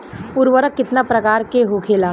उर्वरक कितना प्रकार के होखेला?